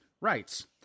rights